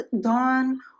Dawn